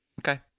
okay